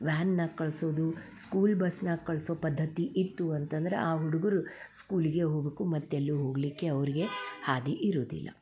ವ್ಯಾನ್ನಾಗ ಕಳ್ಸೋದು ಸ್ಕೂಲ್ ಬಸ್ನಾಗ್ ಕಳ್ಸೋ ಪಧ್ಧತಿ ಇತ್ತು ಅಂತಂದ್ರೆ ಆ ಹುಡುಗರು ಸ್ಕೂಲಿಗೆ ಹೋಗಬೇಕು ಮತ್ತೆಲ್ಲೂ ಹೋಗಲ್ಲಿಕ್ಕೆ ಅವರಿಗೆ ಹಾದಿ ಇರುವುದಿಲ್ಲ